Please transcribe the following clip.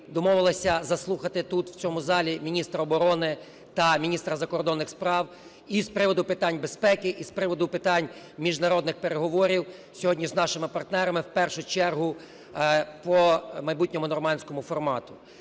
домовилася заслухати тут, в цьому залі, міністра оборони та міністра закордонних справ і з приводу питань безпеки, і з приводу питань міжнародних переговорів сьогодні з нашими партерами в першу чергу по майбутньому "нормандському формату".